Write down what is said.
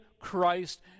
Christ